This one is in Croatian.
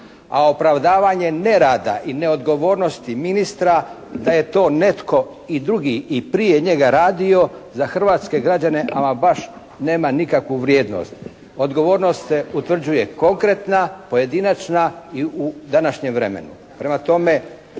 a opravdavanje nerada i neodgovornosti ministra da je to netko i drugi i prije njega radio za hrvatske građane ama baš nema nikakvu vrijednost. Odgovornost se utvrđuje konkretna, pojedinačna i u današnjem vremenu.